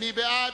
מי בעד?